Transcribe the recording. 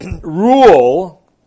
rule